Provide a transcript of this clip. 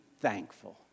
thankful